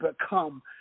become